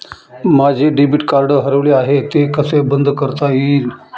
माझे debit card हरवले आहे ते कसे बंद करता येईल?